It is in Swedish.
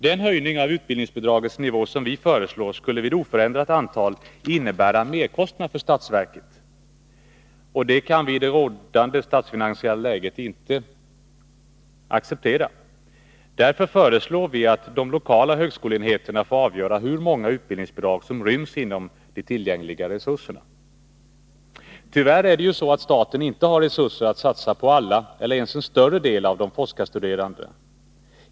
Den höjning av utbildningsbidragets nivå som vi föreslår skulle vid oförändrat antal innebära en merkostnad för statsverket, och det kan vi i det rådande statsfinansiella läget inte acceptera. Därför föreslår vi att de lokala högskoleenheterna får avgöra hur många utbildningsbidrag som ryms inom de tillgängliga resurserna. Tyvärr har staten inte resurser att satsa på alla eller ens en större del av de forskarstuderande.